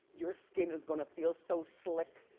your skin is gonna feel so slick.